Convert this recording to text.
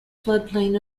floodplain